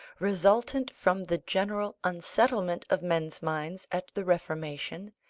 resultant from the general unsettlement of men's minds at the reformation,